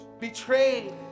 Betrayed